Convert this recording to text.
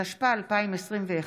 התשפ"א 2021,